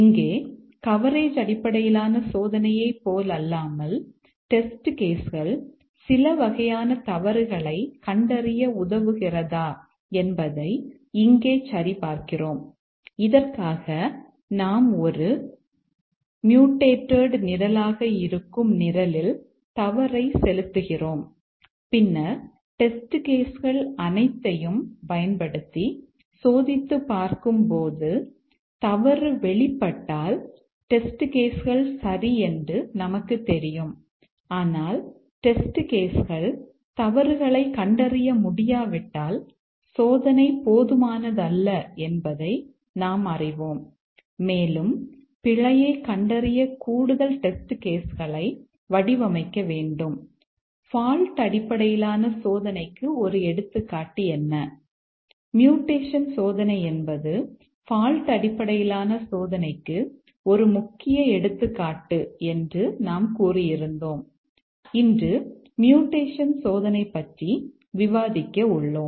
இங்கே கவரேஜ் அடிப்படையிலான சோதனையைப் போலல்லாமல் டெஸ்ட் கேஸ் சோதனை பற்றி விவாதிக்க உள்ளோம்